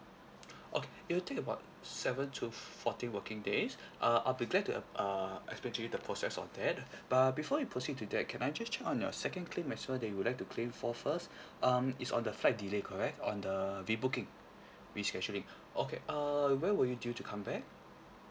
oh it will take about seven to fourteen working days uh I'll be glad to uh err explain to you the process on that but before we proceed to that can I just check on your second claim as well that you would like to claim for first um it's on the flight delay correct on the re-booking rescheduling okay err when were you due to come back